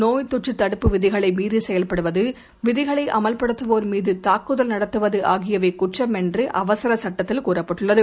நோய்தொற்றுதடுப்புவிதிகளைமீறிசெயல்படுவது விதிகளைஅமல்படுத்துவோர்மீதுதாக்குதல்நடத்துவதுஆகியவைகுற்றம்என்றுஅவச ரச்சட்டத்தில்கூறப்பட்டுள்ளது